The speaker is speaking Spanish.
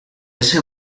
ese